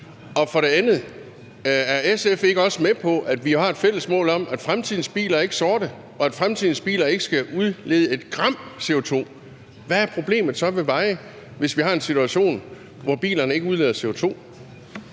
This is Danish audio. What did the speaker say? deres bil? Og er SF ikke også med på, at vi har et fælles mål om, at fremtidens biler ikke skal være sorte, og at fremtidens biler ikke skal udlede et gram CO2? Hvad er problemet så med veje, hvis vi har en situation, hvor bilerne ikke udleder CO2?